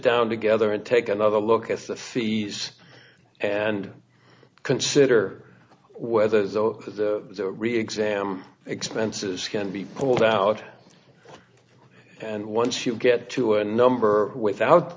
down together and take another look at the fees and consider whether reexamined expenses can be pulled out and once you get to a number without